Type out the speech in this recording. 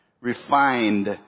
refined